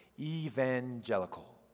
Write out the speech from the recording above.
evangelical